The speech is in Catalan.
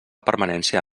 permanència